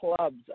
clubs